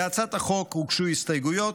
להצעת החוק הוגשו הסתייגויות.